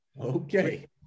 Okay